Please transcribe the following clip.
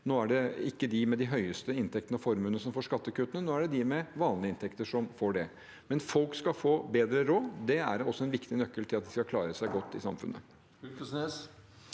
Nå er det ikke de med de høyeste inntektene og formuene som får skattekuttene. Nå er det de med vanlige inntekter som får det. Men folk skal få bedre råd. Det er også en viktig nøkkel til at de kan klare seg godt i samfunnet.